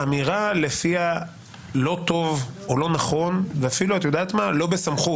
האמירה לפיה לא טוב או לא נכון, ואפילו לא בסמכות,